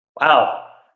Wow